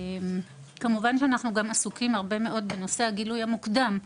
ו׳ - כמובן שאנחנו גם פועלים כדי לקדם את נושא הגילוי המוקדם,